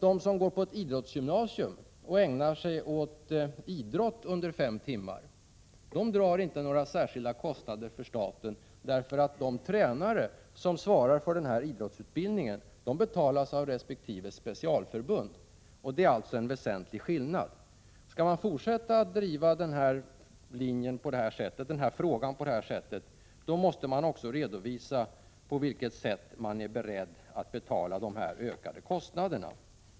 De som går på ett idrottsgymnasium och ägnar sig åt idrott under fem timmar drar inte några särskilda kostnader för staten, därför att de tränare som svarar för idrottsutbildningen betalas av resp. specialförbund. Det är alltså en väsentlig skillnad. Skall moderaterna fortsätta att driva den här frågan, måste de också redovisa på vilket sätt de är beredda att betala de ökade kostnaderna.